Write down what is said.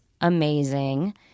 amazing